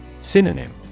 Synonym